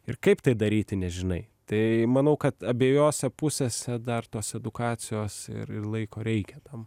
ir kaip tai daryti nežinai tai manau kad abejose pusėse dar tos edukacijos ir ir laiko reikia tam